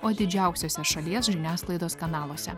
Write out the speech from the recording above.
o didžiausiuose šalies žiniasklaidos kanaluose